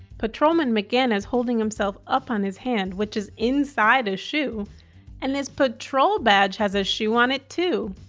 patrolman mcgann is holding himself up on his hand, which is inside a shoe and his patrol badge has a shoe on it too.